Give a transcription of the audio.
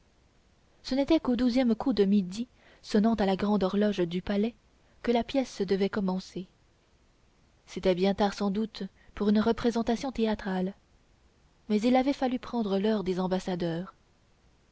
ce n'était qu'au douzième coup de midi sonnant à la grande horloge du palais que la pièce devait commencer c'était bien tard sans doute pour une représentation théâtrale mais il avait fallu prendre l'heure des ambassadeurs